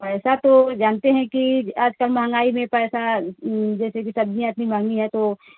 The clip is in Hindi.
पैसा तो जानते हैं कि आज कल महंगाई में पैसा जैसे कि सब्ज़ियाँ इतनी महंगी है तो